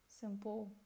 simple